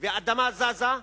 והאדמה זזה,